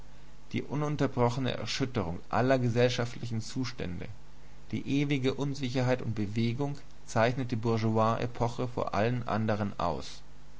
die ununterbrochene erschütterung aller gesellschaftlichen zustände die ewige unsicherheit und bewegung zeichnet die bourgeoisepoche vor allen anderen aus